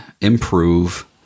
improve